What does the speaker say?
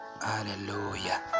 Hallelujah